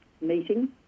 meeting